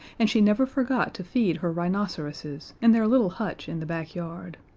and she never forgot to feed her rhinoceroses in their little hutch in the backyard.